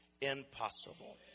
impossible